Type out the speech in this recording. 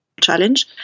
challenge